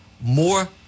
more